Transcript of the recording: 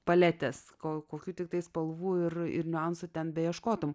paletes kol kokių tiktai spalvų ir niuansų ten beieškotumei